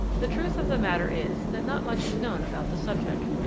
the truth of the matter is that not much is known about the subject.